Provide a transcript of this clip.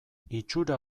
itxura